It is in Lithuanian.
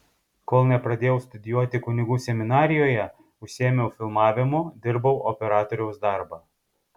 kol nepradėjau studijuoti kunigų seminarijoje užsiėmiau filmavimu dirbau operatoriaus darbą